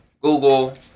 google